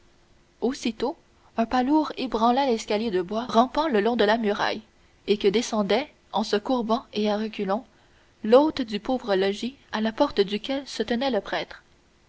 aussitôt un pas lourd ébranla l'escalier de bois rampant le long de la muraille et que descendait en se courbant et à reculons l'hôte du pauvre logis à la porte duquel se tenait le prêtre